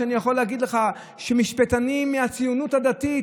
שאני יכול להגיד לך שמשפטנים מהציונות הדתית,